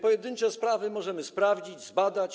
Pojedyncze sprawy możemy sprawdzić, zbadać.